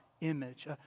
image